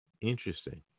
Interesting